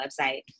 website